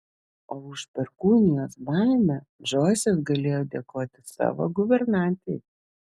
o už perkūnijos baimę džoisas galėjo dėkoti savo guvernantei